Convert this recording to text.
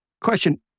Question